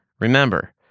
Remember